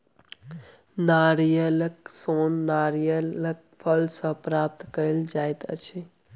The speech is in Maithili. नारियलक सोन नारियलक फल सॅ प्राप्त कयल जाइत अछि